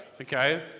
Okay